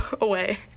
away